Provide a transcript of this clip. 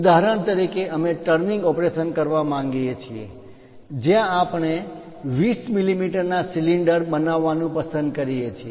ઉદાહરણ તરીકે અમે ટર્નિંગ ઓપરેશન કરવા માંગીએ છીએ જ્યાં આપણે 20 મીમી ના સિલિન્ડર બનાવવાનું પસંદ કરીએ છીએ